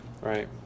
Right